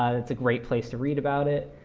and it's a great place to read about it.